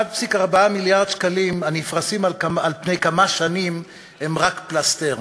1.4 מיליארד שקלים הנפרסים על פני כמה שנים הם רק פלסטר,